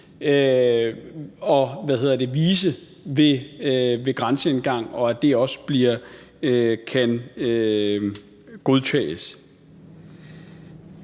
og vise den ved grænseovergangen, og at den også kan godtages.